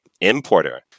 importer